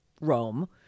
Rome